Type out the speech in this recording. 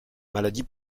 maladie